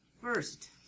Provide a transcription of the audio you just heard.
first